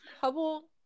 Hubble